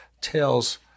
tells